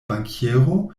bankiero